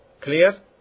Clear